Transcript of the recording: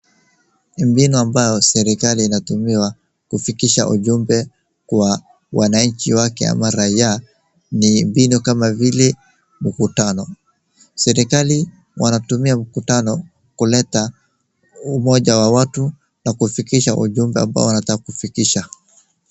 Ni mbinu ambayo serikali inatumiwa kufikisha ujumbe kwa wananchi wake ama raia. Ni mbinu kama vile mkutano. Serikali wanatumia mkutano kuleta umoja wa watu na kufikisha ujumbe ambao wanataka kufikisha.